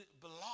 belong